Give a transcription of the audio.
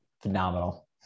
Phenomenal